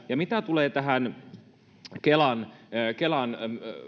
ja mitä tulee tähän kelan kelan